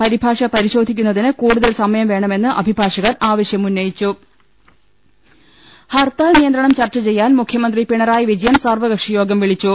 പരിഭാഷ പരിശോധിക്കുന്നതിന് കൂടുതൽ സമയം വേണമെന്ന് അഭിഭാഷകർ ആവശ്യം ഉന്നയി ച്ചും ഹർത്താൽ നിയന്ത്രണം ചർച്ച ചെയ്യാൻ മുഖ്യമന്ത്രി പിണ റായി വിജയൻ സർവകക്ഷി യോഗം വിളിച്ചു